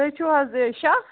تُہۍ چھُو حظ یہِ شاہ